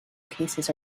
cases